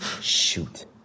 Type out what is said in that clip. shoot